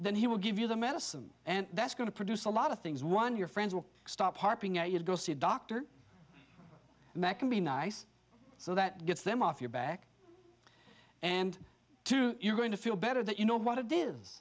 then he will give you the medicine and that's going to produce a lot of things one your friends will stop harping at you to go see a doctor and that can be nice so that gets them off your back and to you're going to feel better that you know what it is